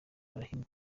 bahrain